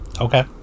Okay